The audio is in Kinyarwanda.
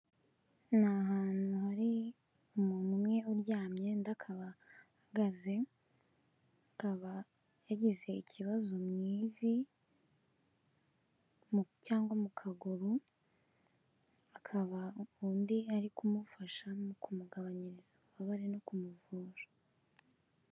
Ni hantu hari umuntu umwe uryamye undi akaba ahagaze, akaba yagize ikibazo mu ivi cyangwa mu kaguru, akaba undi ari kumufasha mu kumugabanyiriza ububabare no kumuvura.